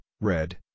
red